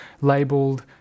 labeled